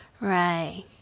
Right